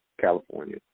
California